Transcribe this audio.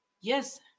Yes